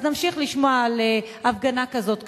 אז נמשיך לשמוע על הפגנה כזאת כאן,